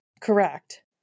Correct